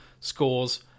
scores